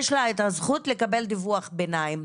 יש לה את הזכות לקבל דיווח ביניים.